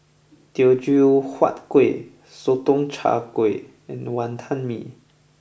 Teochew Huat Kuih Sotong Char Kway and Wantan Mee